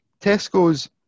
Tesco's